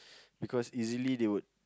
because easily they would